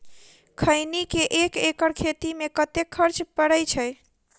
खैनी केँ एक एकड़ खेती मे कतेक खर्च परै छैय?